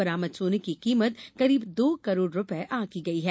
बरामद सोने की कीमत करीब दो करोड़ रूपये आंकी गई है